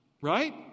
right